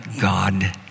God